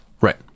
Right